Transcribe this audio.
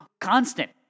constant